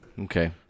okay